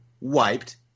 wiped